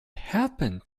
happened